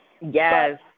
Yes